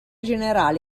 generale